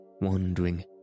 wandering